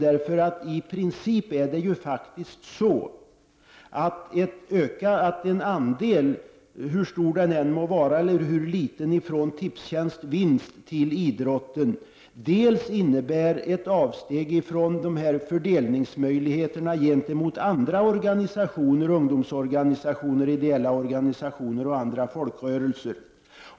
En andel — hur stor eller liten den än är — ifrån Tipstjänsts vinst till idrotten innebär i princip ett avsteg från möjligheterna att fördela till andra organisationer — ungdomsorganisationer, ideella organisationer och andra folkrörelser.